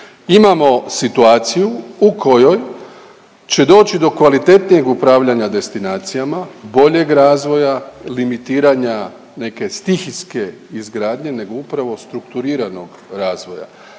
imamo situaciju u kojoj će doći do kvalitetnijeg upravljanja destinacijama, boljeg razvoja, limitiranja neke stihijske izgradnje, nego upravo strukturiranog razvoja.